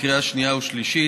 לקריאה שנייה ושלישית.